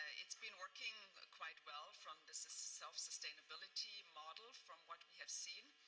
it's been working quite well from the self-sustainability model from what we have seen,